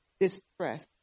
distress